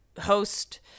host